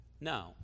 No